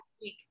week